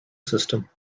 system